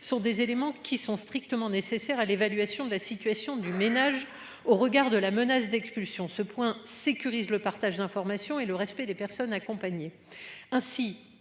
sur des éléments qui sont strictement nécessaires à l'évaluation de la situation du ménage au regard de la menace d'expulsion ce point sécurise le partage d'informations et le respect des personnes accompagnées